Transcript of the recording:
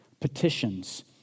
Petitions